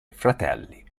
fratelli